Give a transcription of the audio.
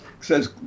says